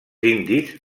indis